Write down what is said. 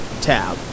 tab